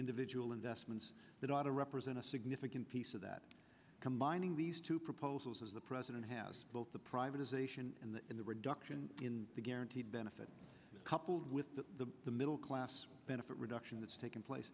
individual investments that ought to represent a significant piece of that combining these two proposals as the president has both the privatization and in the reduction in the guaranteed benefit coupled with the the middle class benefit reduction that's taken place